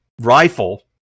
rifle